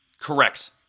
Correct